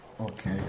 Okay